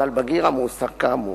ועל בגיר המועסק כאמור".